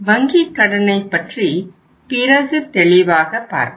வங்கிக் கடனை பற்றி பிறகு தெளிவாக பார்ப்போம்